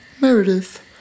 Meredith